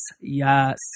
yes